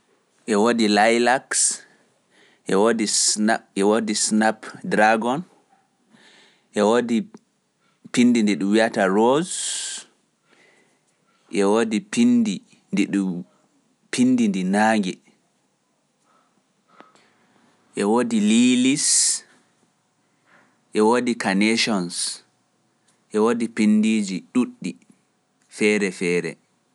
e woodi lilac, e woodi snap, e woodi snap dragon, e woodi pinndi ndi ɗum wiyata rose, e woodi pindi ndi naange, e ko lutti ko duudi.